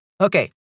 Okay